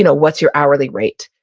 you know what's your hourly rate?